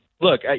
Look